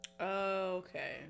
okay